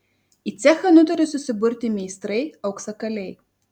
į cechą nutarė susiburti meistrai auksakaliai